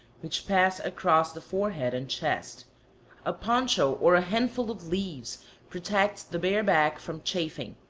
which pass across the forehead and chest a poncho or a handful of leaves protects the bare back from chafing.